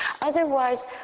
Otherwise